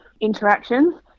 interactions